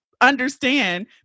understand